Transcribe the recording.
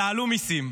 תעלו מיסים.